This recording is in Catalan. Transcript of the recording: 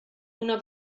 una